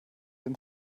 dem